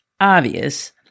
obvious